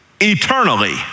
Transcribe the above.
eternally